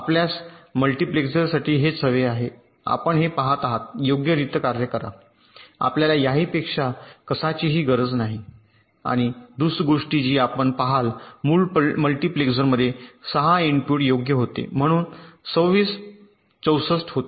आपल्यास मल्टीपेकरसाठी हेच हवे आहे हे आपण पहात आहात योग्यरित्या कार्य करा आपल्याला यापेक्षाही कशाचीही गरज नाही आणि दुस गोष्टी जी आपण पहाल मूळ मल्टीप्लेक्सरमध्ये 6 इनपुट योग्य होते म्हणून 26 64 होते